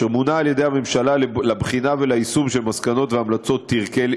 שמונה על-ידי הממשלה לבחינה וליישום של מסקנות והמלצות טירקל,